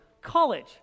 college